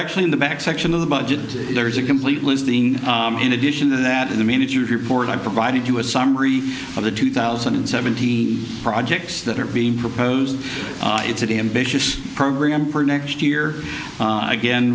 actually in the back section of the budget there is a complete listing in addition to that in the manager's report i provided you a summary of the two thousand and seventeen projects that are being proposed it's an ambitious program for next year again